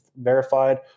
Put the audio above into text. verified